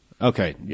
Okay